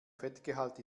fettgehalt